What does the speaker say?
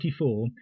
1984